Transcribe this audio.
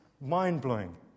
mind-blowing